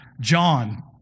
John